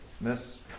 Miss